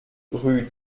rue